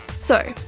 so,